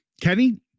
Kenny